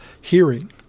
hearing